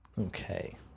Okay